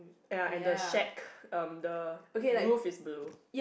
ya and the shack um the roof is blue